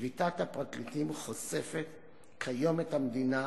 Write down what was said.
שביתת הפרקליטים חושפת כיום את המדינה,